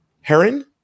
heron